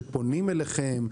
שפונים אליכם,